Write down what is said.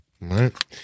Right